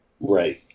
Right